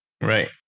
Right